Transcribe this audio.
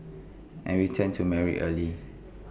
and we tend to marry early